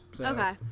Okay